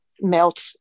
melt